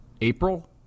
April